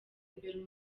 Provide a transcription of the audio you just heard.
imbere